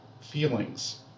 feelings